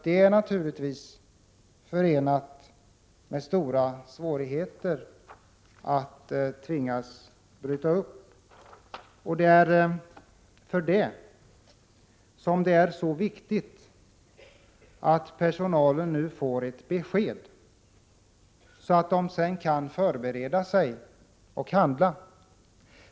Det är naturligtvis förenat med stora svårigheter att tvingas bryta upp, och det är därför som det är så viktigt att personalen nu får ett besked, så att de anställda kan förbereda sig och handla.